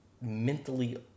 mentally